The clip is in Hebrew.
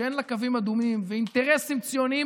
שאין לה קווים אדומים ואינטרסים ציוניים